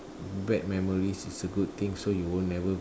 bad memories is a good thing so you will never